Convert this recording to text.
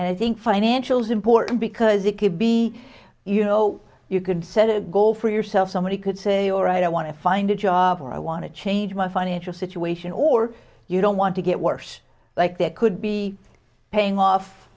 and i think financials important because it could be you know you could set a goal for yourself somebody could say alright i want to find a job or i want to change my financial situation or you don't want to get worse like that could be paying off